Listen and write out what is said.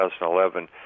2011